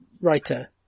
writer